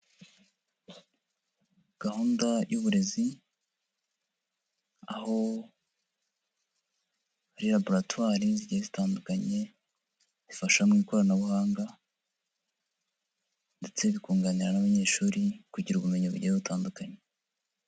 Gahunda y'uburezi, aho hari laboratwari zigiye zitandukanye zifasha mu ikoranabuhanga ndetse bikunganira n'abanyeshuri kugira ubumenyi bugiye butandukanye.